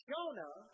Jonah